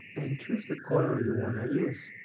and choose the color you wanna use.